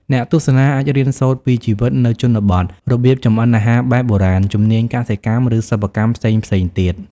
អ្នកទស្សនាអាចរៀនសូត្រពី ជីវិតនៅជនបទ របៀបចម្អិនអាហារបែបបុរាណ ជំនាញកសិកម្ម ឬសិប្បកម្មផ្សេងៗទៀត។